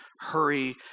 hurry